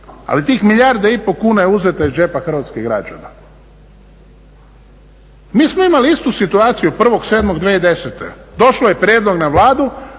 ali tih milijarda i pol kuna je uzeta iz džepa hrvatskih građana. Mi smo imali istu situaciju 01.07.2010., došao je prijedlog na Vladu